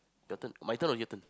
your turn my turn or your turn